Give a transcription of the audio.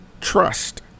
trust